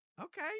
Okay